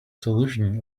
solution